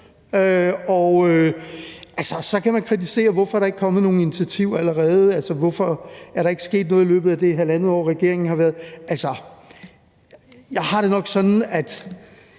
Så kan man kritisere, at der ikke er kommet nogen initiativer allerede, og at der ikke er sket noget i løbet af det halvandet år, regeringen har været der. Altså, jeg har det nok sådan, at